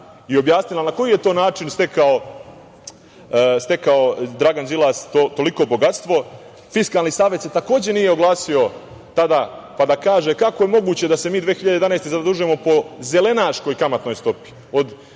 i objasnila na koji je to način stekao Dragan Đilas toliko bogatstvo. Fiskalni savet se takođe nije oglasio tada, pa da kaže kako je moguće da se mi 2011. godine zadužujemo po zelenaškoj kamatnoj stopi